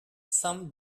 some